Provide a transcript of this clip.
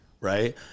right